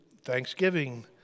thanksgiving